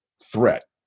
threat